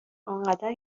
انقدر